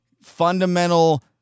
fundamental